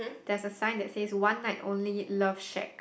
there's a sign that says one night only love shake